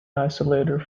isolated